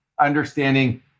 understanding